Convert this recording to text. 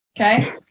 Okay